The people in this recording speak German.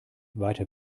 weiter